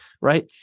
right